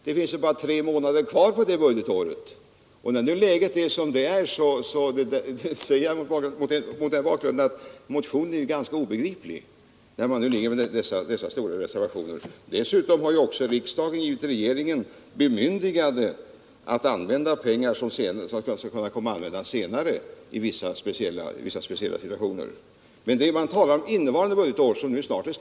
Det är ju bara tre månader kvar av det budgetåret, och mot bakgrunden av det läge vi har med dessa stora reservationer blir motionen ganska obegriplig. Dessutom har riksdagen givit regeringen bemyndigande att i vissa speciella situationer anslå medel som senare kan tas i anspråk.